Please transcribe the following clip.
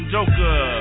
Joker